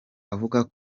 avuga